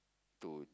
to